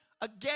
again